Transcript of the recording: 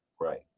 Right